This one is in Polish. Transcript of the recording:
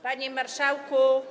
Panie Marszałku!